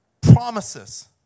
promises